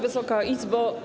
Wysoka Izbo!